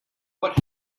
what